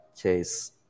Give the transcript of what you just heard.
case